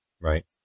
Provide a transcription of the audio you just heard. Right